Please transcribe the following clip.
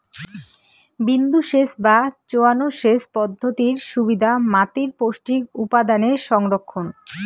বিন্দুসেচ বা চোঁয়ানো সেচ পদ্ধতির সুবিধা মাতীর পৌষ্টিক উপাদানের সংরক্ষণ